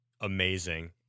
amazing